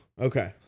Okay